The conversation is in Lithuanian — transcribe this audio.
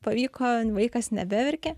pavyko vaikas nebeverkia